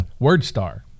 WordStar